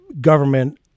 government